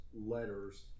letters